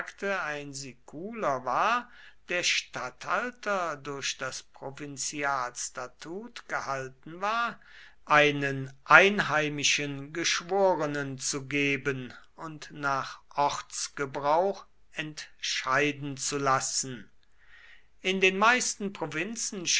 ein siculer war der statthalter durch das provinzialstatut gehalten war einen einheimischen geschworenen zu geben und nach ortsgebrauch entscheiden zu lassen in den meisten provinzen